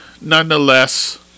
nonetheless